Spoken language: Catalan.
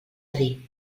dir